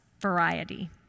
variety